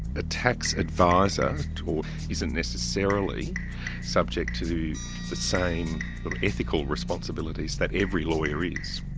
the tax adviser isn't necessarily subject to the same ethical responsibilities that every lawyer is.